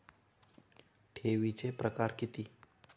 ठेवीचे प्रकार किती?